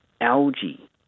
algae